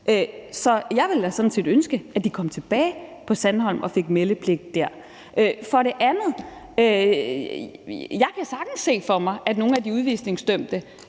Så jeg ville da sådan set ønske, at de kom tilbage på Sandholm og fik meldepligt der. For det andet kan jeg sagtens se for mig, at nogle af de udvisningsdømte